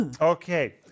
Okay